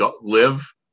live